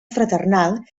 fraternal